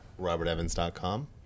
robertevans.com